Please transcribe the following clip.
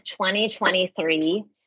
2023